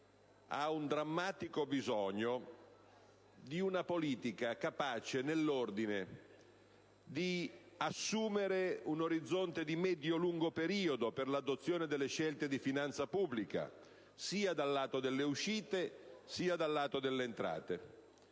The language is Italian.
ha un drammatico bisogno di una politica capace, nell'ordine, di raggiungere questi tre obiettivi: assumere un orizzonte di medio-lungo periodo per l'adozione di scelte di finanza pubblica, sia dal lato delle uscite sia dal lato delle entrate;